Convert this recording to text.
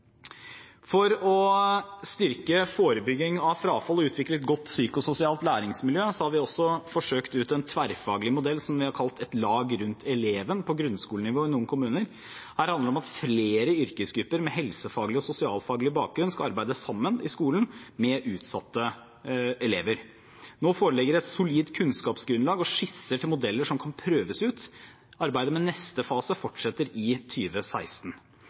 For å styrke forebygging av frafall og utvikle et godt psykososialt læringsmiljø har vi også forsøkt ut en tverrfaglig modell, som vi har kalt Et lag rundt eleven, på grunnskolenivå i noen kommuner. Her handler det om at flere yrkesgrupper med helsefaglig og sosialfaglig bakgrunn skal arbeide sammen i skolen med utsatte elever. Nå foreligger det et solid kunnskapsgrunnlag og skisser til modeller som kan prøves ut. Arbeidet med neste fase fortsetter i